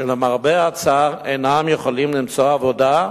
ולמרבה הצער הם אינם יכולים למצוא עבודה,